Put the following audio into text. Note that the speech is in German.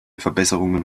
verbesserungen